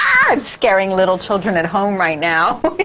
i'm scaring little children at home right now!